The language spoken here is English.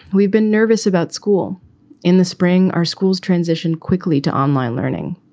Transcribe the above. we've been nervous about school in the spring, our schools transition quickly to online learning,